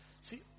See